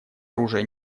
оружия